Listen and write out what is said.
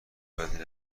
بدی